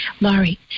Laurie